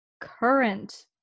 current